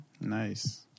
Nice